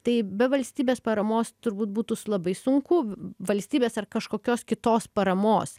tai be valstybės paramos turbūt būtų labai sunku valstybės ar kažkokios kitos paramos